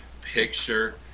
picture